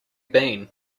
been